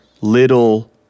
little